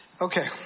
Okay